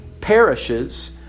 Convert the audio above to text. perishes